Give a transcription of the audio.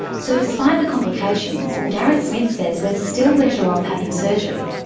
so despite the complications, garett smith says we're still better off having surgery.